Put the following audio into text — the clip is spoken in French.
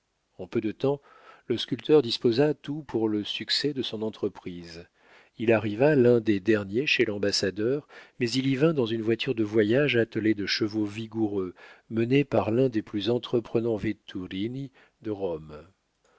en peu de temps le sculpteur disposa tout pour le succès de son entreprise il arriva l'un des derniers chez l'ambassadeur mais il y vint dans une voiture de voyage attelée de chevaux vigoureux menés par l'un des plus entreprenants vetturini de rome